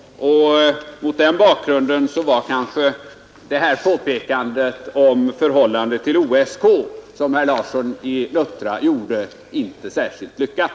Mot den bakgrunden var kanske det påpekande om förhållandet till OSK, som herr Larsson i Luttra gjorde, inte särskilt lyckat.